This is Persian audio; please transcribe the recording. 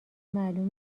معلوم